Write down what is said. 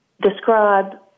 describe